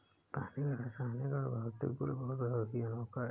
पानी का रासायनिक और भौतिक गुण बहुत ही अनोखा है